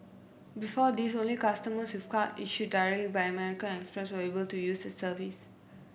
before this only customers with cards issued directly by American Express were able to use the service